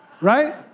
Right